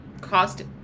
cost